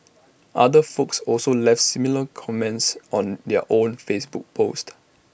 other folks also left similar comments on their own Facebook post